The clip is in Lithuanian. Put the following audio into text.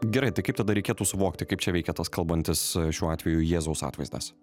gerai tai kaip tada reikėtų suvokti kaip čia veikia tas kalbantis šiuo atveju jėzaus atvaizdas